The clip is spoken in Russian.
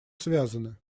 связаны